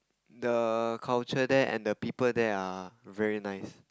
the culture there and the people there are very nice